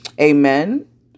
Amen